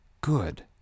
good